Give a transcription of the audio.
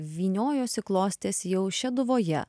vyniojosi klostėsi jau šeduvoje